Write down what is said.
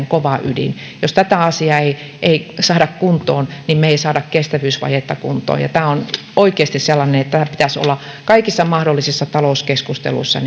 kova ydin jos tätä asiaa ei ei saada kuntoon niin me emme saa kestävyysvajetta kuntoon ja tämä on oikeasti sellainen että tämän pitäisi olla kaikissa mahdollisissa talouskeskusteluissa